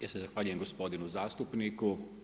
Ja se zahvaljujem gospodinu zastupniku.